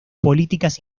políticas